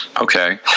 Okay